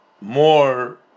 more